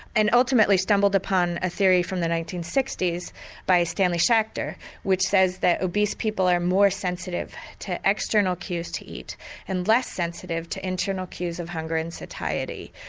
and ultimately stumbled upon a theory from the nineteen sixty s by stanley schachter which says that obese people are more sensitive to external cues to eat and less sensitive to internal cues of hunger and satiety.